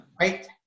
right